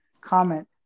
comment